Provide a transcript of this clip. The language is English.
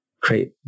create